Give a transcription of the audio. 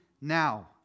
now